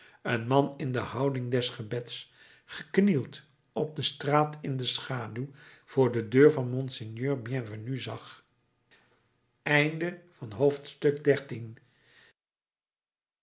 een man in de houding des gebeds geknield op de straat in de schaduw voor de deur van monseigneur bienvenu zag